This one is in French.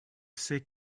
c’est